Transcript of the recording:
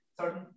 certain